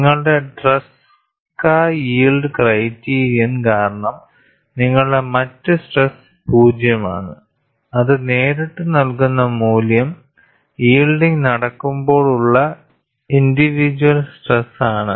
നിങ്ങളുടെ Tresca yield criterion കാരണം നിങ്ങളുടെ മറ്റ് സ്ട്രെസ് പൂജ്യമാണ് അത് നേരിട്ട് നൽകുന്ന മൂല്യം യിൽഡ്ഡിങ് നടക്കുമ്പോൾ ഉള്ള ഇൻഡിവിജുവൽ സ്ട്രെസ് ആണ്